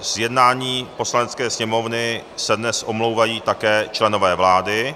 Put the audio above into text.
Z jednání Poslanecké sněmovny se dnes omlouvají také členové vlády.